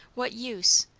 what use?